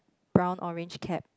brown orange cap